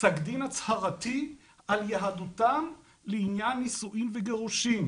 פסק דין הצהרתי על יהדותם לעניין נישואים וגירושים